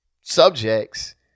subjects